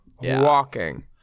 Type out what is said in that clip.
Walking